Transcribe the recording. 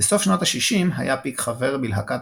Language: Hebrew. בסוף שנות ה-60 היה פיק חבר בלהקת